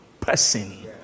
person